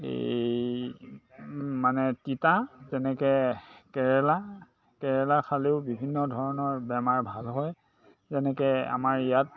এই মানে তিতা যেনেকে কেৰেলা কেৰেলা খালেও বিভিন্ন ধৰণৰ বেমাৰ ভাল হয় যেনেকে আমাৰ ইয়াত